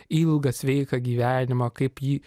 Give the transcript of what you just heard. ilgą sveiką gyvenimą kaip jį